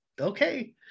okay